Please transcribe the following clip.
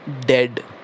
dead